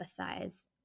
empathize